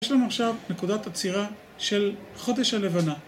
יש לנו עכשיו נקודת עצירה של חודש הלבנה